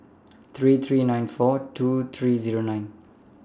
three three nine four two three Zero nine